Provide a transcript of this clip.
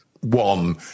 one